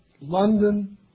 London